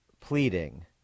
pleading